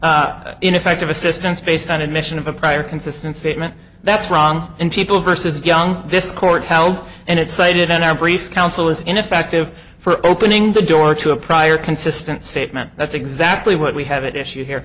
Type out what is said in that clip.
ineffective assistance based on admission of a prior consistent statement that's wrong in people versus young this court held and it cited in our brief counsel is ineffective for opening the door to a prior consistent statement that's exactly what we have it issue here